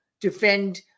defend